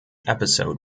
episode